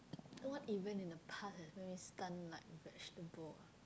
what event in the past has made me stunned like vegetable